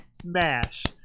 smash